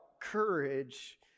courage